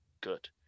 good